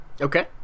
Okay